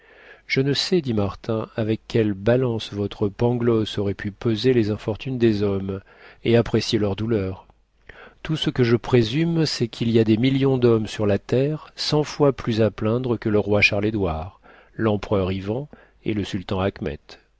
je ne sais dit martin avec quelles balances votre pangloss aurait pu peser les infortunes des hommes et apprécier leurs douleurs tout ce que je présume c'est qu'il y a des millions d'hommes sur la terre cent fois plus à plaindre que le roi charles édouard l'empereur ivan et le sultan achmet